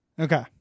Okay